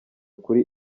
kuri